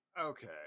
Okay